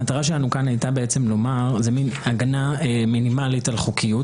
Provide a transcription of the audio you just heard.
המטרה שלנו כאן הייתה לומר שזאת מעין הגנה מינימלית על חוקיות,